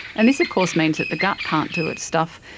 and this of course means that the gut can't do its stuff,